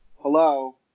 hello